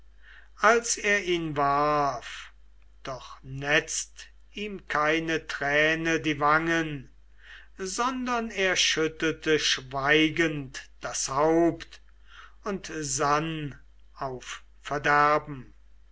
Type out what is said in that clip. als er ihn warf doch netzt ihm keine träne die wangen sondern er schüttelte schweigend das haupt und sann auf verderben